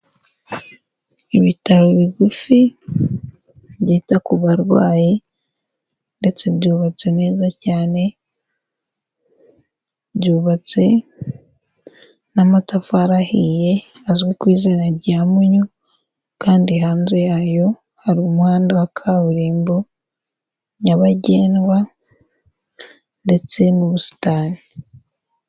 Ibitaro bigufi byita ku barwayi, ndetse byubatse neza cyane, byubatse n'amatafari ahiye azwi ku izina rya mpunyu, kandi hanze yayo hari umuhanda wa kaburimbo nyabagendwa ndetse n'ubusitani.